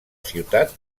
ciutat